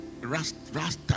rasta